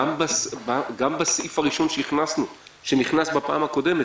גם בסעיף הראשון שהכנסנו בפעם הקודמת,